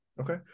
Okay